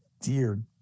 dear